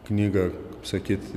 knygą sakyt